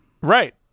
Right